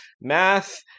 Math